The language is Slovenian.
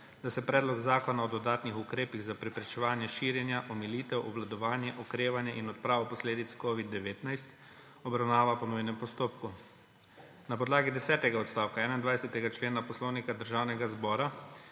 da se Predlog zakona o dodatnih ukrepih za preprečevanje širjenja, omilitev, obvladovanje, okrevanje in odpravo posledic covida-19 obravnava po nujnem postopku. Na podlagi desetega odstavka 21. člena Poslovnika Državnega zbora